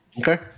Okay